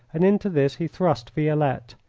and into this he thrust violette.